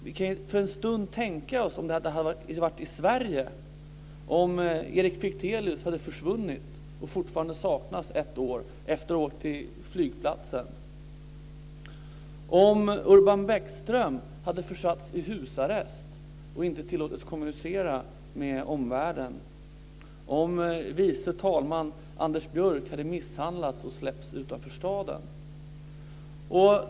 Vi kan för en stund tänka oss hur det hade varit om detta hade skett i Sverige och om Erik Fichtelius hade försvunnit efter att ha åkt till flygplatsen och fortfarande saknades ett år senare, om Urban Bäckström hade försatts i husarrest och inte tillåtits kommunicera med omvärlden och om vice talman Anders Björck hade misshandlats och släppts utanför staden.